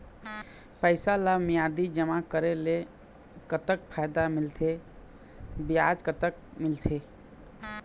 पैसा ला मियादी जमा करेले, कतक फायदा मिलथे, ब्याज कतक मिलथे?